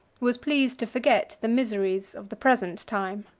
was pleased to forget the miseries of the present time.